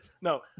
No